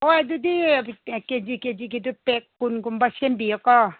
ꯍꯣꯏ ꯑꯗꯨꯗꯤ ꯀꯦꯖꯤ ꯀꯦꯖꯤꯒꯤꯗꯨ ꯄꯦꯛ ꯀꯨꯟꯒꯨꯝꯕ ꯁꯦꯝꯕꯤꯌꯨꯀꯣ